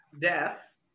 death